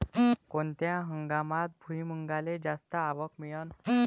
कोनत्या हंगामात भुईमुंगाले जास्त आवक मिळन?